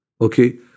okay